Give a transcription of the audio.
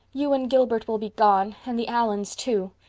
you and gilbert will be gone. and the allans too.